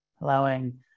Allowing